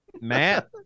Matt